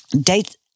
date